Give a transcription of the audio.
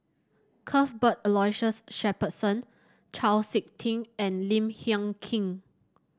Cuthbert Aloysius Shepherdson Chau SiK Ting and Lim Hng Kiang